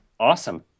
Awesome